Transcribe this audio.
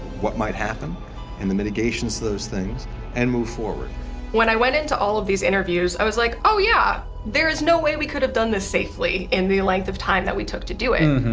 what might happen and the mitigations to those things and move forward. alexis when i went into all of these interviews, i was like, oh yeah, there is no way we could have done this safely in the length of time that we took to do it.